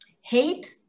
hate